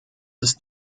ist